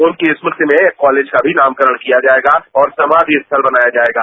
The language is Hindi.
उनकी स्मृति में कॉलेज का भी नामकरण किया जायेगा और समाधि स्थल बनाया जायेगा